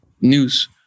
news